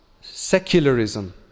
secularism